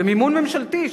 במימון ממשלתי,